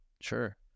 Sure